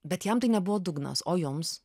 bet jam tai nebuvo dugnas o jums